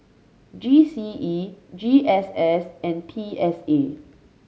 G C E G S S and P S A